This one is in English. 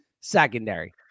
secondary